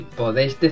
podéis